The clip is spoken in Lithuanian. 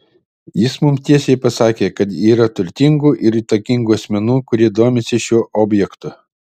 jis mums tiesiai pasakė kad yra turtingų ir įtakingų asmenų kurie domisi šiuo objektu